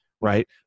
Right